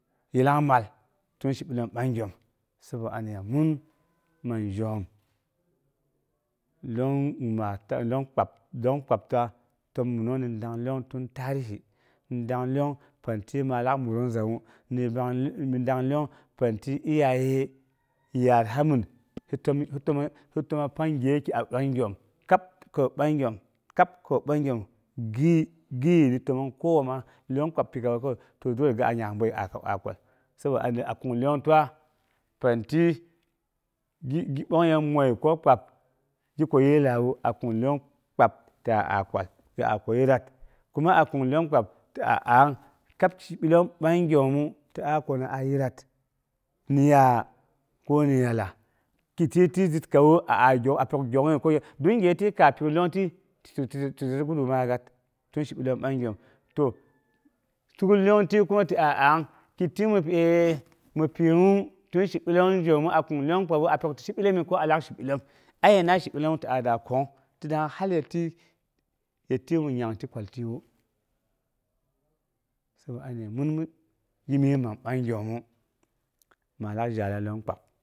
Yillangmal shibilom bagyoom sabo aniya min məi jom lyong kpab təm minu ni dang lyong tun tarihi in dang lyong zawu, ni dang lyong pang ti mal ti mi lau muiyung zawu, ni dang lyong pang tinu gi iyaye yaarha min hi təm hi təm hi təma pang gyeki a bagyoom, kab kəi bagyoom gi, yiitre təmong kogwa ma to kowai lyong kpab pigawu kowa to dole gi ana bəi a swak a kwal saboda kin lyong tiwa pang ti gi bongyei mui ko kpat gi kwajii lag'aiyu a kin lyong kpab ta- a kwalye a kwayii. Kuma a kin lyong kpab ta a a kab shibilin bagyomu ti a kwanang a yiiyat, ni ya ko ni yalla tititi zatkawu a pyou gyokungngni, ko yaabəi don nyingnya tin ikka kafin lyong ti ti shigule man yegat, tin shi bilom bagyom to ti gul lyong ti aye a anang ni ti eee titin gum eee mi piyewu tin shibilom joomu a kin lyong kpab a shiu shitibolomi ko alak shibilom ayena shibilomu to a daa kuking ti dangnga hal ye ti ye nyangti kwaltiwu. Saboni ni minu- min ma bagyoom pangngu.